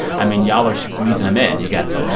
i mean, y'all are squeezing them in. you've got some.